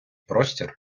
простір